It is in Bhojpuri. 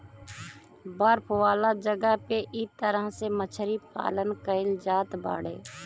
बर्फ वाला जगह पे इ तरह से मछरी पालन कईल जात बाड़े